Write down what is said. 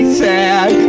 sad